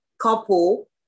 couple